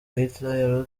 hitler